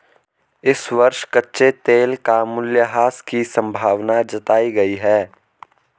इस वर्ष कच्चे तेल का मूल्यह्रास की संभावना जताई गयी है